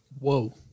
Whoa